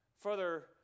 further